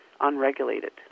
unregulated